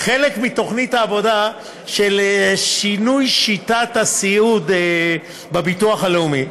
שכחלק מתוכנית העבודה של שינוי שיטת הסיעוד בביטוח הלאומי,